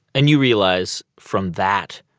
and you realize from that,